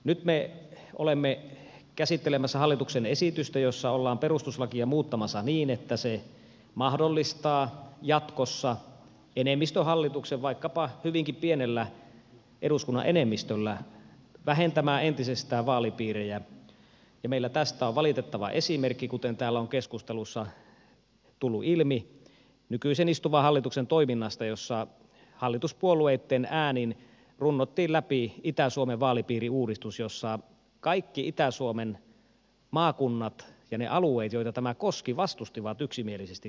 nyt me olemme käsittelemässä hallituksen esitystä jossa ollaan perustuslakia muuttamassa niin että se mahdollistaa jatkossa enemmistöhallituksen vaikkapa hyvinkin pienellä eduskunnan enemmistöllä vähentämään entisestään vaalipiirejä ja meillä tästä on valitettava esimerkki kuten täällä on keskustelussa tullut ilmi nykyisen istuvan hallituksen toiminnasta jossa hallituspuolueitten äänin runnottiin läpi itä suomen vaalipiiriuudistus jossa kaikki itä suomen maakunnat ja ne alueet joita tämä koski vastustivat yksimielisesti tällaista muutosta